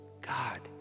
God